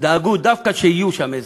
דאגו דווקא שיהיו שם אזרחים.